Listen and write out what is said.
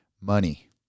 money